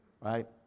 right